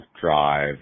drive